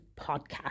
Podcast